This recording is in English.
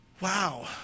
wow